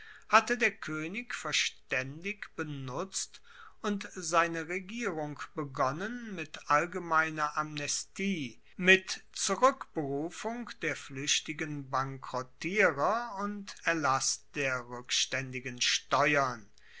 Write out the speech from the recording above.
hatte der koenig verstaendig benutzt und seine regierung begonnen mit allgemeiner amnestie mit zurueckberufung der fluechtigen bankerottierer und erlass der rueckstaendigen steuern